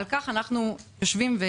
על כך אנחנו עמלים.